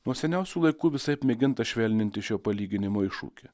nuo seniausių laikų visaip mėginta švelninti šio palyginimo iššūkį